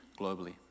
globally